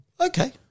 Okay